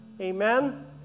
amen